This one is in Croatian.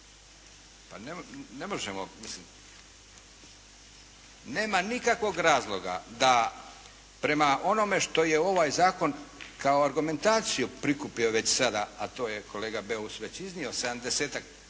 Pa ne možemo mislim. Nema nikakvog razloga da prema onome što je ovaj zakon kao argumentaciju prikupio već sada, a to je kolega Beus već iznio, 70.-tak